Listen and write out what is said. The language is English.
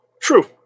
True